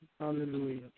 hallelujah